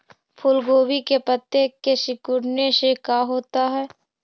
फूल गोभी के पत्ते के सिकुड़ने से का होता है?